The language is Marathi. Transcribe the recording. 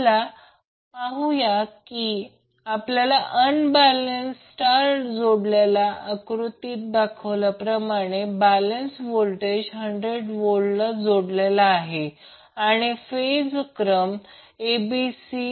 चला पाहूया की आपल्याला अनबॅलेन्स स्टार जोडलेला लोड आकृतीत दाखवल्याप्रमाणे बॅलेन्स होल्टेज 100 V ला जोडलेला आहे आणि फेज क्रम acb